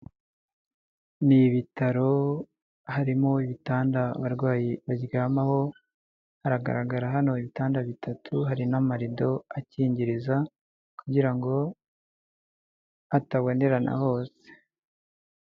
Ni ibitaro harimo ibitanda abarwayi baryamaho hagaragara hano ibitanda bitatu hari n'amarido akingiriza kugira ngo hatabonerana hose.